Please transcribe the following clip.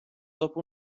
dopo